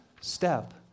step